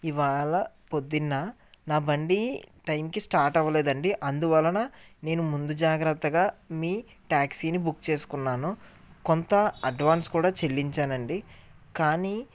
ఇవాళ ప్రొద్దున నా బండి టైంకి స్టార్ట్ అవ్వలేదండి అందువలన నేను ముందు జాగ్రత్తగా మీ ట్యాక్సీని బుక్ చేసుకున్నాను కొంత అడ్వాన్స్ కూడా చెల్లించాను అండి కానీ